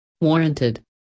warranted